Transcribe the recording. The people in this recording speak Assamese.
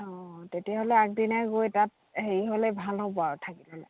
অঁ তেতিয়াহ'লে আগদিনাই গৈ তাত হেৰি হ'লে ভাল হ'ব আৰু থাকি ল'লে